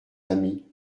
amis